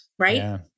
Right